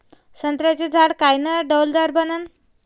संत्र्याचं झाड कायनं डौलदार बनन?